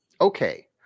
Okay